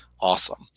Awesome